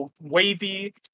wavy